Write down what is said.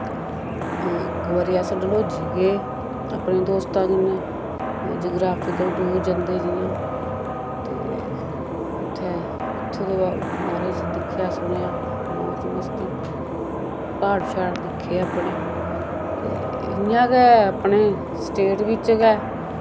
इक बारी अस डलहोजी गे अपने दोस्तां कन्नै ज्योग्राफिकल टूर जंदे जियां ते उत्थै उत्थो दे ब बारे च दिक्खेआ सुनेआ मौज मस्ती प्हाड़ शहाड़ दिक्खे अपने ते इ'यां गै अपने स्टेट विच गै